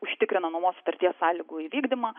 užtikrina nuomos sutarties sąlygų įvykdymą